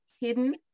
hidden